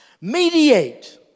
Mediate